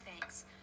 thanks